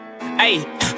Hey